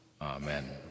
Amen